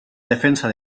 defensa